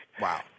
Wow